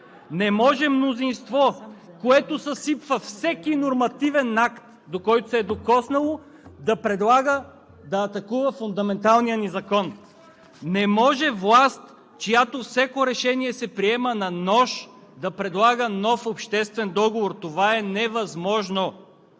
Не може мнозинство, което съсипва всеки нормативен акт, до който се е докоснало, да предлага да атакува фундаменталния ни закон! Не може власт, на която всяко решение се приема на нож, да предлага нов обществен договор. Това е невъзможно!